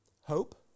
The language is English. Hope